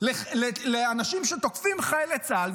לאנשים שתוקפים חיילי צה"ל,